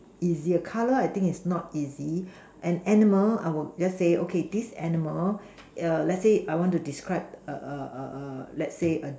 easier colour I think is not easy an animal I'll just say okay this animal err let's say I want to describe err let's say err